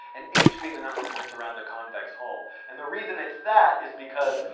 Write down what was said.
and h being the number of points around the convex hull. and the reason it's that is because,